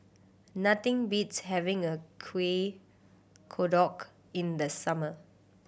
nothing beats having a Kuih Kodok in the summer